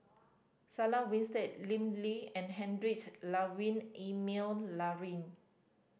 Sarah Winstedt Lim Lee and Heinrich Ludwig Emil Luering